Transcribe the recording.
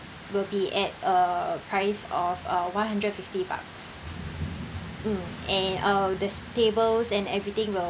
will will be at a price of uh one hundred fifty bucks mm and uh the s~ tables and everything will